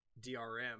DRM